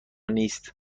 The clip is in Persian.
نیست